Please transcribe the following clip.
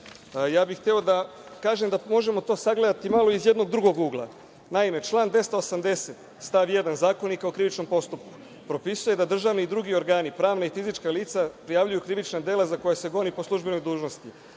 bih da kažem da mi to možemo da sagledamo i iz jednog drugog ugla. Naime, član 280. stav 1. Zakonika o krivičnom postupku propisuje da državni i drugi organi, pravna i fizička lica, prijavljuju krivična dela za koja se goni po službenoj dužnosti.